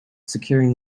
securing